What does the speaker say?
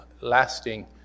lasting